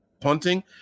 punting